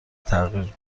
تغییر